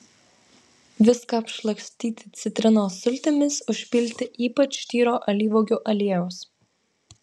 viską apšlakstyti citrinos sultimis užpilti ypač tyro alyvuogių aliejaus